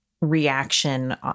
reaction